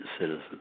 citizens –